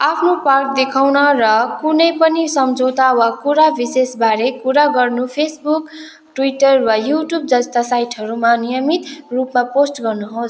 आफ्नो पार्क देखाउन र कुनै पनि सम्झौता वा कुरा विशेषबारे कुरा गर्नु फेसबुक ट्विटर वा युट्युब जस्ता साइटहरूमा नियमित रूपमा पोस्ट गर्नुहोस्